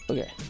Okay